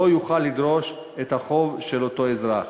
הוא לא יוכל לדרוש את החוב של אותו אזרח.